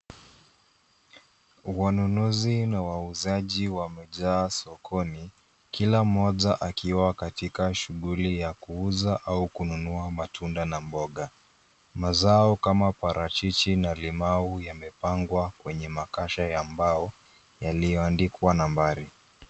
Wnunuzi na wauzaki wamejaa sokoni, kila mmoja akiwa katika shughuli ya kuuza au kununua matunda na mboga. Mazao kama parachichi na limau yamepangwa kwenye makasha ya mbao yaliyoandikwa nambari.